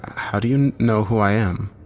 how do you know who i am?